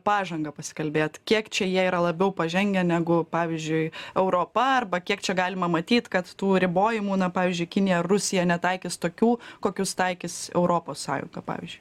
pažangą pasikalbėt kiek čia jie yra labiau pažengę negu pavyzdžiui europa arba kiek čia galima matyt kad tų ribojimų na pavyzdžiui kinija ar rusija netaikys tokių kokius taikys europos sąjunga pavyzdžiui